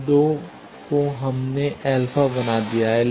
इन 2 हमने अल्फा बना दिया है